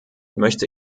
möchte